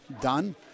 done